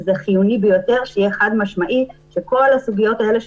שחיוני ביותר שיהיה חד-משמעי שכל הסוגיות האלה,